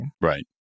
Right